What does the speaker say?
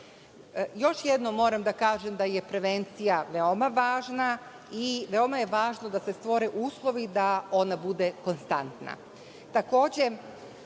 jednom moram da kažem da je prevencija veoma važna i veoma je važno da se stvore uslovi da ona bude konstantna.